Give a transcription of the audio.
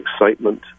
excitement